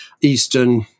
eastern